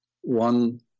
One